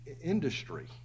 industry